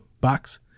box